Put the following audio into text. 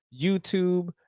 youtube